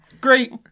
Great